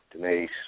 Denise